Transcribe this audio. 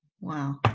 wow